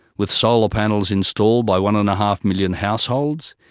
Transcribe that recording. with solar panels installed by one and a half million households,